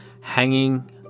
hanging